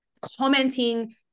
commenting